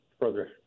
further